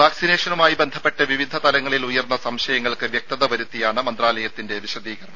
വാക്സിനേഷനുമായി ബന്ധപ്പെട്ട് വിവിധ തലങ്ങളിൽ ഉയർന്ന സംശയങ്ങൾക്ക് വ്യക്തത വരുത്തിയാണ് മന്ത്രാലയത്തിന്റെ വിശദീകരണം